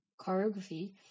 choreography